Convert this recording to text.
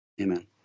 Amen